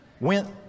went